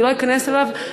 אני לא אכנס אליו,